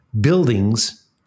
buildings